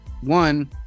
One